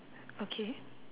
okay